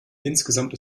insgesamt